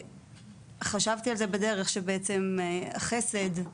חשבתי על זה בדרך, שבעצם חסד,